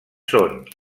són